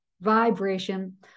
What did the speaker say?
vibration